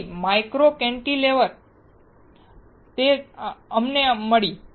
તેથી micro cantilever તે અમને મળી